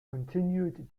continued